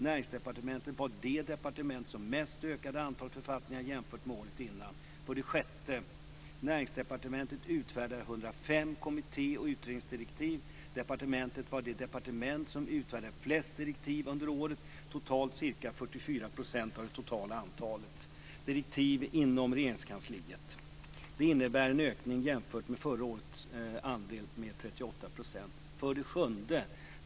Näringsdepartementet var det departement som mest ökade antalet författningar jämfört med året innan. 6. Näringsdepartementet utfärdade 105 kommittéoch utredningsdirektiv. Departementet var det departement som utfärdade flest direktiv under året, totalt ca 44 % av det totala antalet direktiv inom Regeringskansliet. Det innebär en ökning, jämfört med förra årets andel, med 38 %. 7.